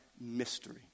mystery